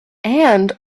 and